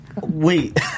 wait